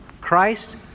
Christ